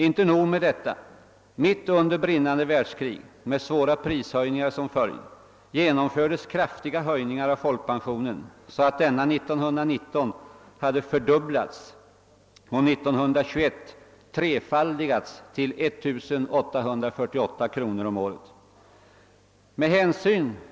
Inte nog med detta; mitt under brinnande världskrig med stora prishöjningar som följd genomfördes kraftiga höjningar av folkpensionen så att denna 1919 hade fördubblats och 1921 hade trefaldigats till 1848 kronor om året. Herr talman!